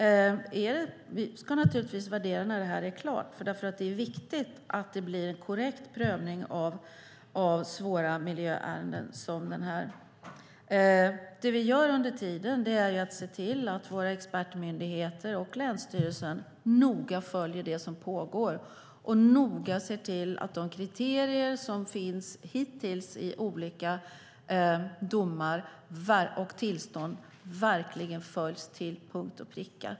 Vi ska naturligtvis värdera det när det här är klart, för det är viktigt att det blir en korrekt prövning av svåra miljöärenden som detta. Det vi gör under tiden är att se till att våra expertmyndigheter och länsstyrelsen noga följer det som pågår och noga ser till att de kriterier som finns hittills i olika domar och tillstånd verkligen följs till punkt och pricka.